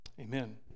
Amen